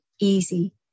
easy